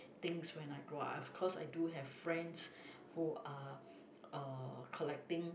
things when I grow up cause I do have friends who are uh collecting